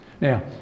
now